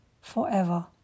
forever